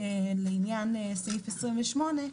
לעניין סעיף 28,